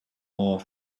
more